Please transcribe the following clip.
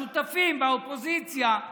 השותפים באופוזיציה,